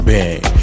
Bang